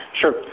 Sure